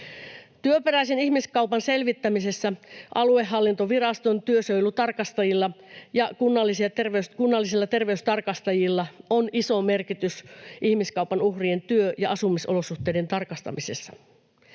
Työperäisen ihmiskaupan selvittämisessä aluehallintoviraston työsuojelutarkastajilla ja kunnallisilla terveystarkastajilla on iso merkitys ihmiskaupan uhrien työ- ja asumisolosuhteiden tarkastamisessa.